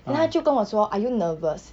then 他就跟我说 are you nervous